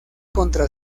contra